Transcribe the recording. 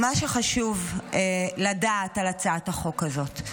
מה שחשוב לדעת על הצעת החוק הזאת,